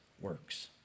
works